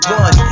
one